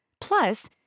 Plus